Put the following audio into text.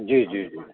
जी जी जी